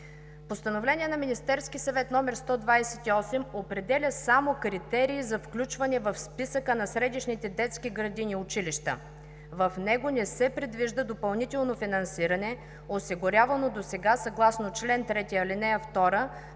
Постановление № 128 на Министерския съвет определя само критериите за включване в Списъка на средищните детски градини и училища. В него не се предвижда допълнително финансиране, осигурявано досега, съгласно чл. 3, ал. 2